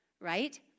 Right